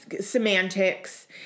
semantics